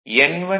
B